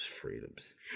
freedoms